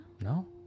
No